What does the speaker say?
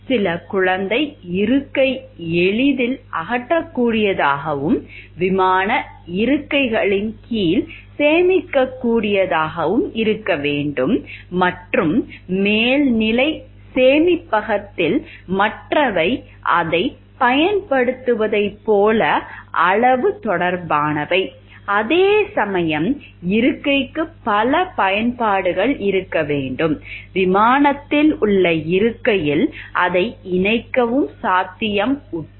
சில குழந்தை இருக்கை எளிதில் அகற்றக்கூடியதாகவும் விமான இருக்கைகளின் கீழ் சேமிக்கக்கூடியதாகவும் இருக்க வேண்டும் மற்றும் மேல்நிலை சேமிப்பகத்தில் மற்றவை அதைப் பயன்படுத்துவதைப் போல அளவு தொடர்பானவை அதேசமயம் இருக்கைக்கு பல பயன்பாடுகள் இருக்க வேண்டும் விமானத்தில் உள்ள இருக்கையில் அதை இணைக்கும் சாத்தியம் உட்பட